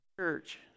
Church